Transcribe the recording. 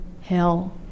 hell